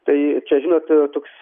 tai čia žinot toks